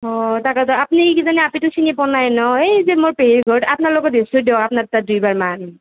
অঁ তাকেটো আপুনি কিজানি আপিটো চিনি পোৱা নাই ন এই যে মোৰ পেহীৰ ঘৰত আপোনালোকৰ গৈছো দিয়ক আপোনাৰ তাত দুই বাৰ মান